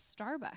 Starbucks